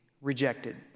rejected